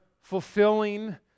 fulfilling